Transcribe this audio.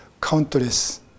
countless